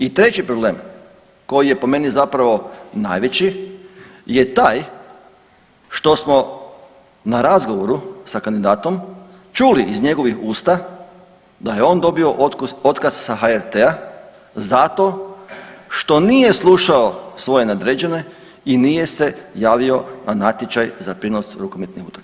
I treći problem koji je po meni zapravo najveći je taj što smo na razgovoru sa kandidatom čuli iz njegovih usta da je on dobio otkaz sa HRT-a zato što nije slušao svoje nadređene i nije se javio na natječaj za prijenos rukometnih utakmica.